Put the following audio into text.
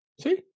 see